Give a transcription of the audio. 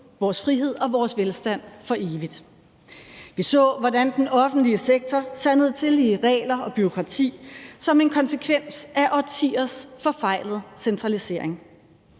vores frihed og vores velstand for evigt. Vi så, hvordan den offentlige sektor sandede til i regler og bureaukrati som en konsekvens af årtiers forfejlet centralisering.